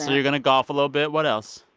you're going to golf a little bit. what else?